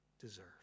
deserve